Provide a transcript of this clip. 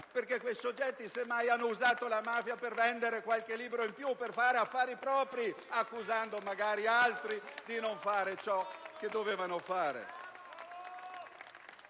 semmai quei soggetti hanno usato la mafia per vendere qualche libro in più e per fare affari, accusando altri di non fare ciò che devono fare.